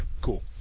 Cool